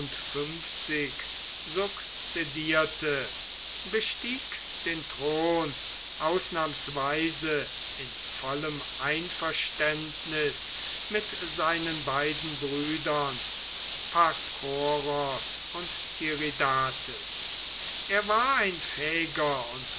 sud bestieg den thron ausnahmsweise in vollem einverständnis mit seinen beiden brüdern pakoros und tiridates er war ein fähiger und